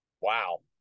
Wow